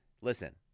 listen